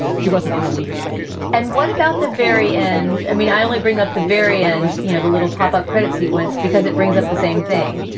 she wasn't in the loop yet and what about the very end? i mean, i only bring up the very end. you know, the little pop up credit sequence, because it brings up the same thing,